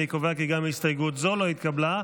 אני קובע כי גם הסתייגות זו לא התקבלה.